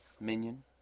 minion